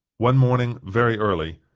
one morning, very early,